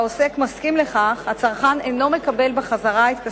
והעוסק מסכים לכך, הצרכן אינו מקבל בחזרה את כספו,